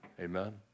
Amen